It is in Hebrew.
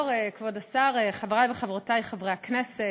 חברי וחברותי חברי הכנסת,